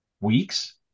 weeks